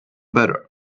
better